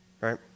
Right